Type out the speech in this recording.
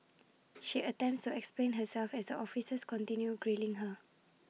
she attempts to explain herself as the officers continue grilling her